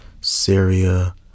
Syria